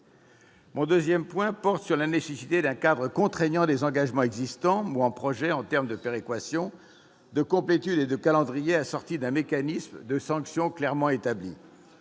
Le deuxième point porte sur la nécessité d'un cadre contraignant des engagements existants ou en projet en termes de péréquation, de complétude et de calendrier, assorti d'un mécanisme de sanction clairement établi.